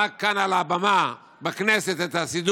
זרק כאן על הבמה בכנסת את הסידור,